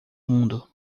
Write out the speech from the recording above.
mundo